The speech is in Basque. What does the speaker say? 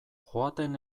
joaten